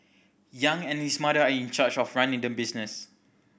Yang and his mother are in charge of running the business